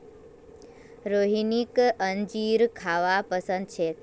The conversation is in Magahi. रोहिणीक अंजीर खाबा पसंद छेक